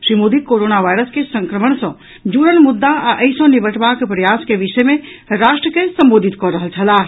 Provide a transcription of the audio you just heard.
Shri Modi corona virus के संक्रमण सॅ जुड़ल मुद्दा आ एहि सॅ निबटवाक प्रयास के विषय मे राष्ट्र के संबोधित कऽ रहल छलाह